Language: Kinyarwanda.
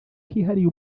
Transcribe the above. kihariye